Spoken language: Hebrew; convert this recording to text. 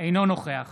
אינו נוכח